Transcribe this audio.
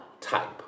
type